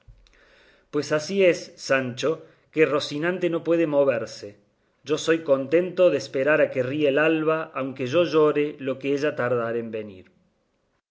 pues así es sancho que rocinante no puede moverse yo soy contento de esperar a que ría el alba aunque yo llore lo que ella tardare en venir